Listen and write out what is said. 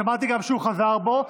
שמעתי גם שהוא חזר בו,